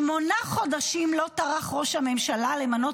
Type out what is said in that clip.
שמונה חודשים לא טרח ראש הממשלה למנות